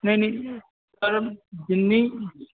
ਨਹੀ ਨਹੀ